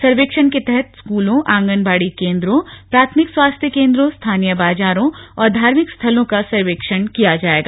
सर्वेक्षण के तहत स्कूलों आगनबाड़ी केंद्रों प्राथमिक स्वास्थ्य केंद्रों स्थानीय बाजारों और धार्मिक स्थलों का सर्वेक्षण किया जाएगा